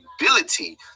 ability